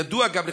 ידוע גם לך,